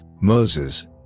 Moses